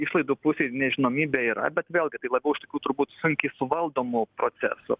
išlaidų pusėj nežinomybė yra bet vėlgi tai labiau iš tikrų turbūt sunkiai suvaldomų procesų